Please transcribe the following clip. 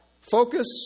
Focus